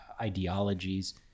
ideologies